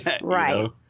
Right